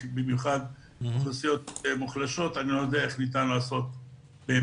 במיוחד אוכלוסיות מוחלשות ולגביהן אני לא יודע איך ניתן לעשות איתור.